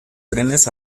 trenes